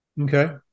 Okay